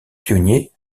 pionnier